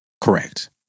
Correct